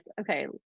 okay